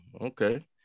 Okay